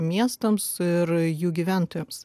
miestams ir jų gyventojams